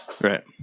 right